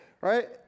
Right